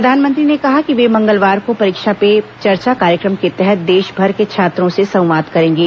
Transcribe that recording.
प्रधानमंत्री ने कहा कि वे मंगलवार को परीक्षा पे चर्चा कार्यक्रम के तहत देश भर के छात्रों से संवाद करेंगे